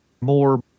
more